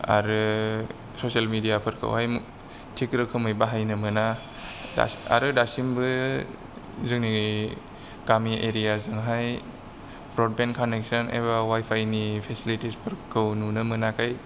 आरो ससियेल मिडियाफोरखौहाय थिग रोखोमै बाहायनो मोना आरो दासिमबो जोंनि गामि एरियाजोंहाय ब्रडबेन्ड कानेकसन एबा वाय फायनि फेसिलिटिसफोरखौ नुनो मोनाखै